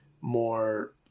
more